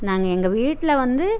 நாங்கள் எங்கள் வீட்டில் வந்து